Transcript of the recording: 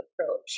approach